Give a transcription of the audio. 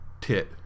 tit